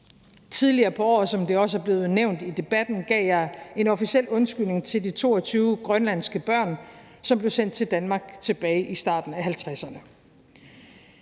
Tidligere på året, som det også er blevet nævnt i debatten, gav jeg en officiel undskyldning til de 22 grønlandske børn, som blev sendt til Danmark tilbage i starten af 1950'erne.